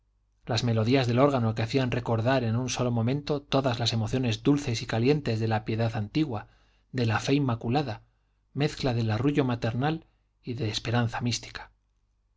las melodías del órgano que hacían recordar en un solo momento todas las emociones dulces y calientes de la piedad antigua de la fe inmaculada mezcla de arrullo maternal y de esperanza mística